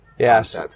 Yes